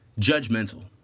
judgmental